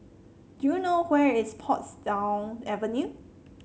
do you know where is Portsdown Avenue